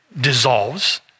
dissolves